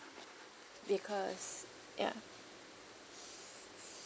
because ya